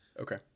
Okay